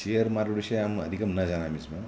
share market विषये अहम् अधिकं न जानामि स्म